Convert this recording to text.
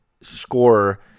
scorer